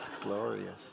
Glorious